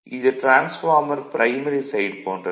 இது transformer primary side போன்றது